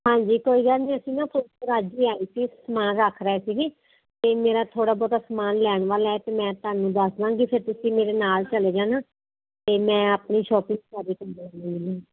ਹਾਂਜੀ ਕੋਈ ਗੱਲ ਨਹੀਂ ਅਸੀਂ ਨਾ ਫ਼ਿਰੋਜ਼ਪੁਰ ਅੱਜ ਹੀ ਆਏ ਸੀ ਸਮਾਨ ਰੱਖ ਰਹੇ ਸੀਗੇ ਅਤੇ ਮੇਰਾ ਥੋੜ੍ਹਾ ਬਹੁਤਾ ਸਮਾਨ ਲੈਣ ਵਾਲਾ ਹੈ ਅਤੇ ਮੈਂ ਤੁਹਾਨੂੰ ਦੱਸ ਦੇਵਾਂਗੀ ਫਿਰ ਤੁਸੀਂ ਮੇਰੇ ਨਾਲ ਚਲੇ ਜਾਣਾ ਅਤੇ ਮੈਂ ਆਪਣੀ ਸ਼ੋਪਿੰਗ